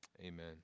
Amen